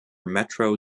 metro